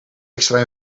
extra